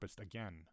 again